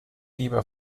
lieber